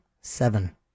seven